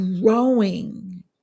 growing